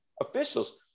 officials